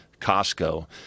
Costco